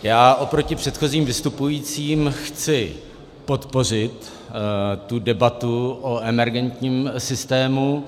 Já oproti předchozím vystupujícím chci podpořit debatu o emergentním systému.